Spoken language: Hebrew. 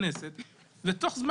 הייעוץ המשפטי של הכנסת או של הממשלה,